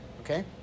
Okay